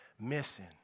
missing